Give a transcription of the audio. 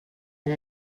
and